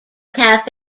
cafe